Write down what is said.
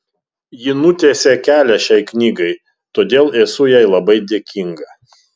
ji nutiesė kelią šiai knygai todėl esu jai labai dėkinga